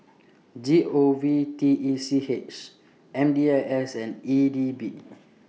G O V T E C H M D I S and E D B